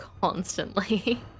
constantly